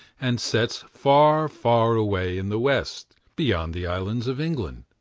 and sets far, far away in the west, beyond the islands of england.